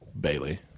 Bailey